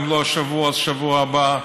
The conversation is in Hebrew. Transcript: אם לא השבוע, אז בשבוע הבא.